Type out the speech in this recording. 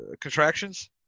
contractions